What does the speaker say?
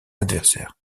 adversaire